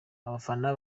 abafana